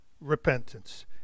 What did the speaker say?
repentance